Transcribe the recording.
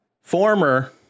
former